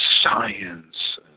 science